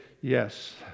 yes